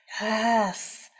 Yes